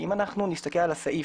אם נסתכל על הסעיף,